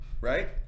Right